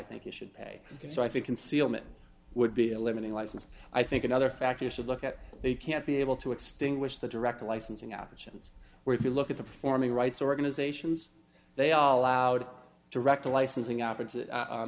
think you should pay it so i think concealment would be a limiting license i think another factor you should look at they can't be able to extinguish the direct licensing options where if you look at the performing rights organizations they are allowed to wreck the licensing oppo